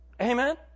Amen